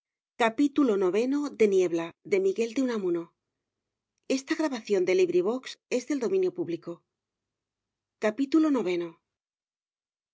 by miguel de unamuno